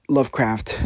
Lovecraft